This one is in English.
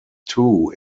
two